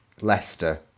Leicester